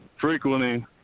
frequenting